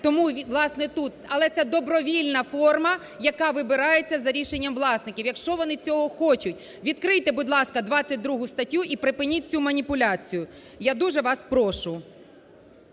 Але це добровільна форма, яка вибирається за рішенням власників, якщо вони цього хочуть. Відкрийте, будь ласка, 22 статтю і припиніть цю маніпуляцію, я дуже вас прошу.